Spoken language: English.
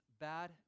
bad